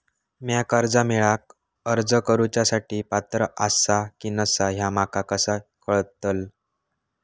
म्या कर्जा मेळाक अर्ज करुच्या साठी पात्र आसा की नसा ह्या माका कसा कळतल?